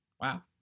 wow